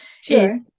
sure